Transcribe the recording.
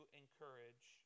encourage